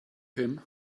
him